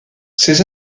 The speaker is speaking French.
ces